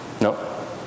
No